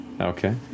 Okay